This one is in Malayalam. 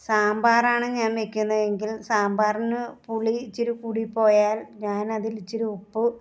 സാമ്പാറാണ് ഞാൻ വെക്കുന്നതെങ്കിൽ സാമ്പാറിന് പുളി ഇച്ചിരി കൂടിപ്പോയാൽ ഞാനതിൽ ഇച്ചിരി ഉപ്പ്